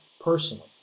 personally